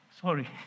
Sorry